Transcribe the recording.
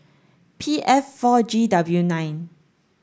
P F four G W nine